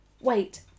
Wait